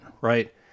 right